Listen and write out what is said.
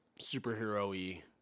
superhero-y